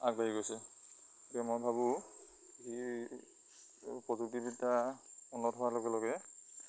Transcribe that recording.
আগবাঢ়ি গৈছে গতিকে মই ভাবোঁ প্ৰযুক্তিবিদ্যা উন্নত হোৱাৰ লগে লগে